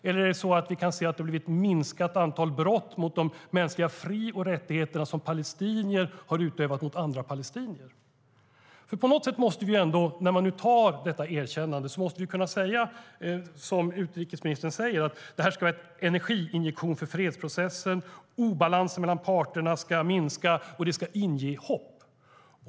Eller kommer vi att se att det har blivit ett minskat antal brott mot de mänskliga fri och rättigheter som palestinier har utövat mot andra palestinier? När detta erkännande nu görs måste vi kunna säga, som utrikesministern säger, att detta ska vara en energiinjektion för fredsprocessen, att obalansen mellan parterna ska minska och att det ska inge hopp.